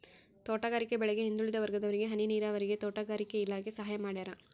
ತೋಟಗಾರಿಕೆ ಬೆಳೆಗೆ ಹಿಂದುಳಿದ ವರ್ಗದವರಿಗೆ ಹನಿ ನೀರಾವರಿಗೆ ತೋಟಗಾರಿಕೆ ಇಲಾಖೆ ಸಹಾಯ ಮಾಡ್ಯಾರ